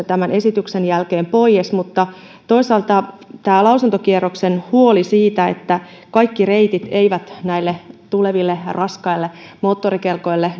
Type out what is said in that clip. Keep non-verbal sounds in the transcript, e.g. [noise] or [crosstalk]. [unintelligible] tämän esityksen jälkeen pois mutta toisaalta tämä lausuntokierroksen huoli siitä että kaikki reitit eivät näille tuleville raskaille moottorikelkoille [unintelligible]